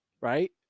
right